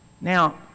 Now